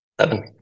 Seven